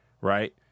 right